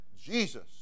Jesus